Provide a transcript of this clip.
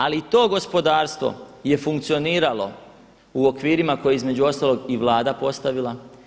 Ali to gospodarstvo je funkcioniralo u okvirima koje je između ostalog i Vlada postavila.